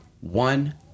one